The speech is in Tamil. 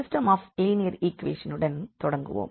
சிஸ்டம் ஆஃப் லீனியர் ஈக்வேஷனுடன் தொடங்குவோம்